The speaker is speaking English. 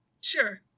Sure